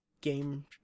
game